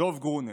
דב גרונר.